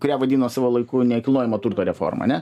kurią vadino savo laiku nekilnojamo turto reforma ane